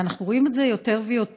אנחנו רואים את זה יותר ויותר.